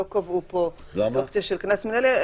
לא קבעו פה אופציה של קנס מנהלי.